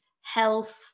health